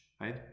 right